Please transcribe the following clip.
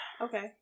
Okay